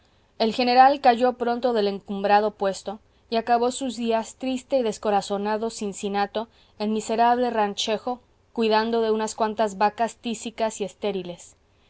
el general cayó pronto del encumbrado puesto y acabó sus días triste y descorazonado cincinato en miserable ranchejo cuidando de unas cuantas vacas tísicas y estériles